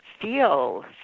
feel